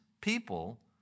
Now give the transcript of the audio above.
people